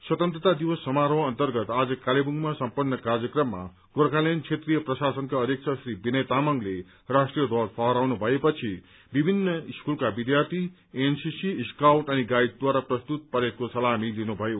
स्वतन्त्रता दिवस समारोह अन्तर्गत आज कालेबुङमा सम्पत्र कार्यक्रममा गोर्खाल्याण्ड क्षेत्रीय प्रशासनका अध्यक्ष श्री विनय तामाङले राष्ट्रीय ध्वज फहराउनु भए पछि विभिन्न स्कूलका विद्यार्थी एनसीसी स्काउट्स अनि गाइड्सद्वारा प्रस्तुत परेडको सलामी लिनुभयो